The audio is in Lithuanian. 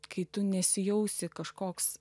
kai tu nesijausi kažkoks